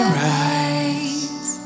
rise